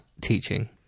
teaching